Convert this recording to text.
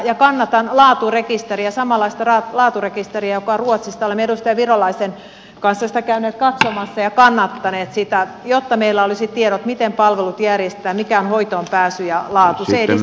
ja kannatan laaturekisteriä samanlaista laaturekisteriä joka on ruotsissa olemme edustaja virolaisen kanssa sitä käyneet katsomassa ja kannattaneet sitä jotta meillä olisi tiedot siitä miten palvelut järjestetään mikä on hoitoon pääsy ja laatu